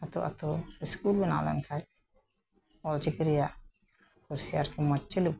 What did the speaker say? ᱟᱛᱳ ᱟᱛᱳ ᱤᱥᱠᱩᱞ ᱵᱮᱱᱟᱣ ᱞᱮᱱ ᱠᱷᱟᱡ ᱚᱞ ᱪᱤᱠᱤ ᱨᱮᱭᱟᱜ ᱯᱟᱨᱥᱤ ᱟᱨᱠᱤ ᱢᱚᱸᱡᱽ ᱪᱟᱹᱞᱩᱜ